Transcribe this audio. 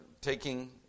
taking